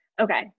Okay